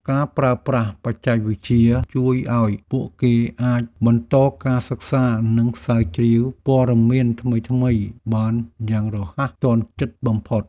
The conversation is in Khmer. ការប្រើប្រាស់បច្ចេកវិទ្យាជួយឱ្យពួកគេអាចបន្តការសិក្សានិងស្រាវជ្រាវព័ត៌មានថ្មីៗបានយ៉ាងរហ័សទាន់ចិត្តបំផុត។